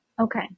Okay